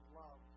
love